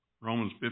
Romans